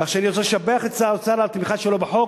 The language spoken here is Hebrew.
כך שאני רוצה לשבח את שר האוצר על התמיכה שלו בחוק,